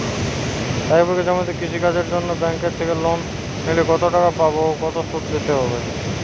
এক বিঘে জমিতে কৃষি কাজের জন্য ব্যাঙ্কের থেকে লোন নিলে কত টাকা পাবো ও কত শুধু দিতে হবে?